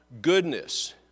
goodness